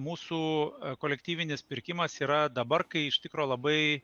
mūsų kolektyvinis pirkimas yra dabar kai iš tikro labai